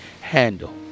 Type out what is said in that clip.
Handle